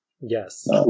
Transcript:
Yes